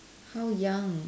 how young